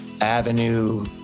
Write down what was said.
Avenue